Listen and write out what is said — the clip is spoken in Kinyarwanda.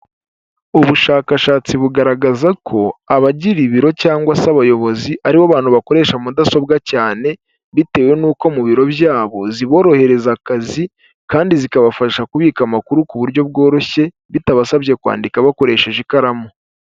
Ubushakashatsi bugaragaza ko abagira ibiro cyangwa se abayobozi aribo bantu bakoresha mudasobwa cyane, bitewe n'uko mu biro byabo ziborohereza akazi kandi zikabafasha kubika amakuru ku buryo bworoshye bitabasabye kwandika bakoresheje ikaramu.